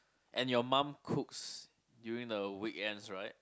and your mum cooks during the weekends right